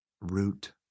root